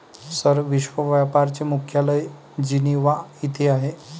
sir, विश्व व्यापार चे मुख्यालय जिनिव्हा येथे आहे